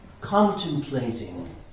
contemplating